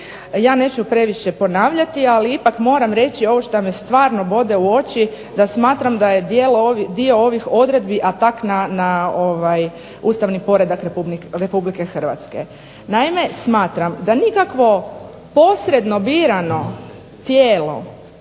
Ja neću previše ponavljati, ali ipak moram reći ovo što me stvarno bode u oči, da smatram da je dio ovih odredbi atak na ustavni poredak RH. Naime, smatram da nikakvo posredno birano tijelo